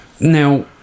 Now